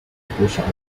sposata